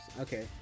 Okay